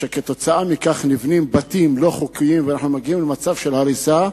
ובגללה נבנים בתים לא חוקיים ואנחנו מגיעים למצב של הריסה,